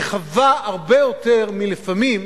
רחבה הרבה יותר, לפעמים,